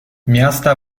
miasta